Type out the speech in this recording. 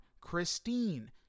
christine